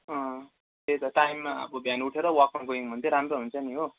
अँ त्यही त टाइममा अब बिहान उठेर वकमा गयौँ भने चाहिँ राम्रो हुन्छ नि हो